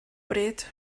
bryd